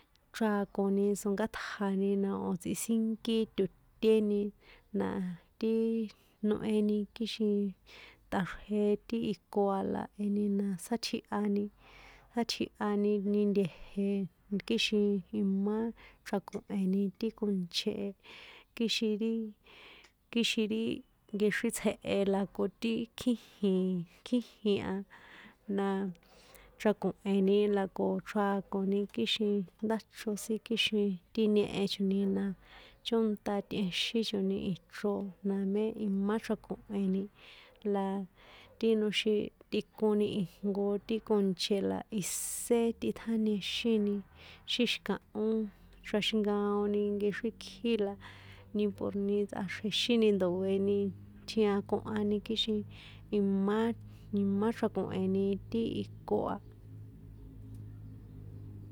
Chrakoni sonkátjani na o̱ tsꞌisínkí toti̱éni na ti noheni kixin tꞌaxrje ti iko a la eni na sátjihani atsíhani ni tie̱je̱ kixin jimá chrako̱heni ti konche e, kixin ri, kixin ri, nkexrín tsjehe la ko ti kjíjin, kjíjin a, na chrako̱heni la ko chrakoni kixin ndáchro sin kixin ti ñehe choni na chónta tꞌexín choni ichro na mé imá chrako̱heni, la ti noxin tꞌikoni ijnko ti konche la isssé tꞌitjáñexíni xí xi̱kahó xraxinkaoni nkexrín kjí la ni por ni tsꞌaxrjexíni ndo̱eni tjiakohani kixin imá, imá chrako̱heni ti iko a.